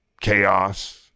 chaos –